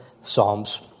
Psalms